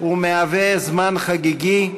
הוא זמן חגיגי,